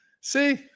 See